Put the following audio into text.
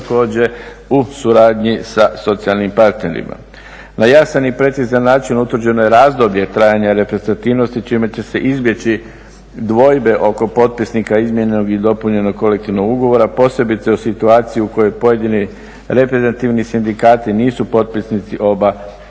u suradnji sa socijalnim partnerima. Na jasan i precizan način utvrđeno je razdoblje trajanja reprezentativnosti čime će se izbjeći dvojbe oko potpisnika izmijenjenog i dopunjenog kolektivnog ugovora posebice u situaciji u kojoj pojedini reprezentativni sindikati nisu potpisnici oba